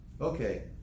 Okay